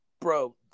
bro